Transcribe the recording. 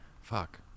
Fuck